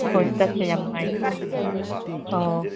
ꯍꯣꯏ ꯆꯠꯁꯦ ꯌꯥꯝ ꯅꯨꯡꯉꯥꯏꯕꯅꯦ ꯑꯣ ꯑꯣ